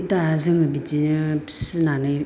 दा जों बिदि फिनानै